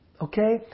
Okay